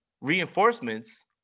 reinforcements